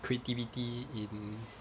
creativity in